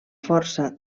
força